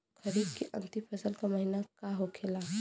खरीफ के अंतिम फसल का महीना का होखेला?